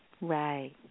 Right